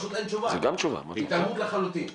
התעלמות לחלוטין.